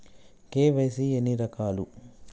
KYC ఎన్ని రకాలు?